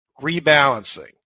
Rebalancing